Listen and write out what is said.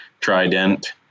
Trident